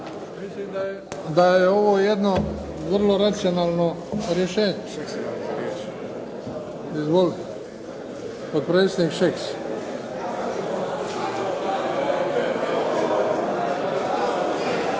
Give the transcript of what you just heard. Mislim da je ovo jedno vrlo racionalno rješenje. Izvolite, potpredsjednik Šeks.